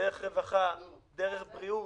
דרך רווחה, דרך בריאות,